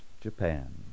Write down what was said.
Japan